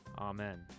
Amen